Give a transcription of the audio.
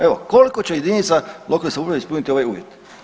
Evo koliko će jedinica lokalne samouprave ispuniti ovaj uvjet?